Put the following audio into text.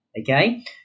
okay